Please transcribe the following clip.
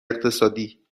اقتصادی